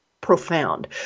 profound